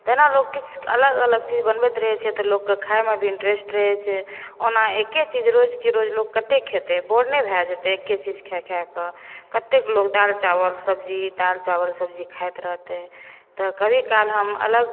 तहिना लोक किछु अलग अलग चीज बनबैत रहै छै तऽ लोकके खायमे भी इंट्रेस्ट रहै छै ओना एके चीज रोजके रोज लोक कते खेतै बोर नहि भऽ जेतै एके चीज खा खाकऽ कतेक लोक दालि चावल सब्जी दालि चावल सब्जी खैत रहतै तऽ कभी काल हम अलग